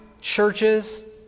churches